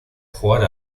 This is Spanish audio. jugar